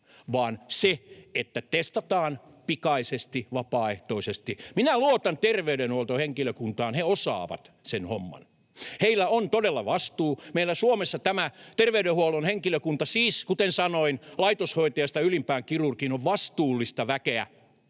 vaan se, että testataan pikaisesti, vapaaehtoisesti. Minä luotan terveydenhuoltohenkilökuntaan, he osaavat sen homman. Heillä on todella vastuu. Meillä Suomessa tämä terveydenhuollon henkilökunta siis, kuten sanoin, laitoshoitajasta ylimpään kirurgiin on vastuullista väkeä.